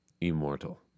Immortal